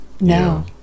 No